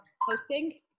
hosting